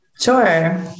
Sure